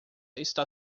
está